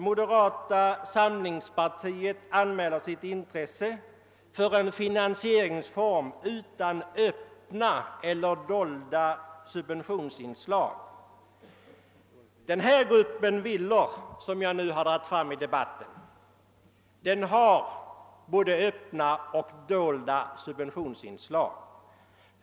Moderata samlingspartiet anmäler där sitt intresse för en finansieringsform utan öppna eller dolda subventionsinslag. Den grupp av villor som jag nu tagit upp i debatten har både öppna och dolda subventionsinslag.